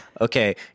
Okay